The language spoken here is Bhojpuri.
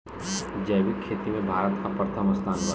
जैविक खेती में भारत का प्रथम स्थान बा